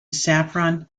saffron